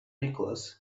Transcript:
nicholas